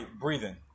breathing